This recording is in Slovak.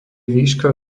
výška